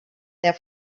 their